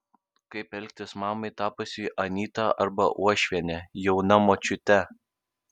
kaip elgtis mamai tapusiai anyta arba uošviene jauna močiute